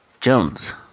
Jones